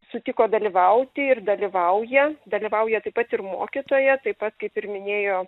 sutiko dalyvauti ir dalyvauja dalyvauja taip pat ir mokytoja taip pat kaip ir minėjo